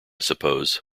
suppose